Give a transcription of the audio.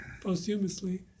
posthumously